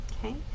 Okay